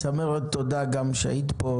תודה שהית פה.